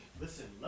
Listen